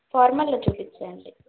ఫార్మల్లో చూపించండి